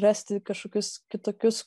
rasti kažkokius kitokius